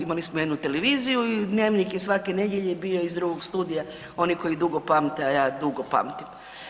Imali smo jednu televiziju i Dnevnik je svake nedjelje bio iz drugog studija oni koji dugo pamte, a ja dugo pamtim.